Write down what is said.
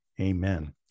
Amen